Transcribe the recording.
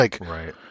right